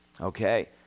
Okay